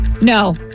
No